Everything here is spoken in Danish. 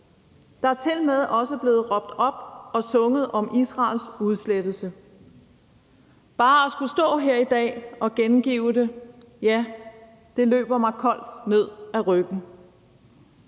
Der er tilmed også blevet råbt op og sunget om Israels udslettelse. Bare at skulle stå her i dag og gengive det løber det mig koldt ned ad ryggen.